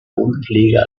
bundesliga